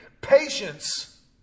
Patience